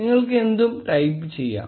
നിങ്ങൾക്ക് എന്തും ടൈപ്പ് ചെയ്യാം